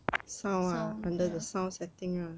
sound ya